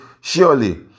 Surely